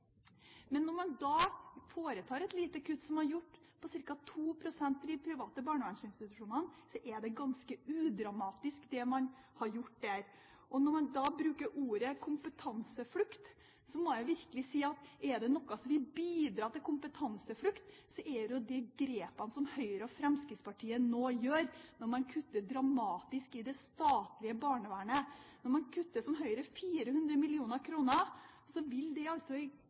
Men når man foretar et lite kutt, som man har gjort, på ca. 2 pst. i de private barnevernsinstitusjonene, er det ganske udramatisk, det man har gjort der. Når man da bruker ordet kompetanseflukt, må jeg virkelig si at er det noe som vil bidra til kompetanseflukt, er det de grepene som Høyre og Fremskrittspartiet nå gjør når man kutter dramatisk i det statlige barnevernet. Når man kutter, som Høyre, 400 mill. kr, vil det i